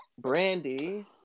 brandy